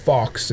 Fox